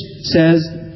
says